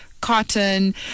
cotton